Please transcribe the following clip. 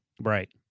Right